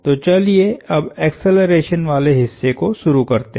तो चलिए अब एक्सेलरेशन वाले हिस्से को शुरू करते हैं